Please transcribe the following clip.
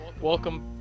Welcome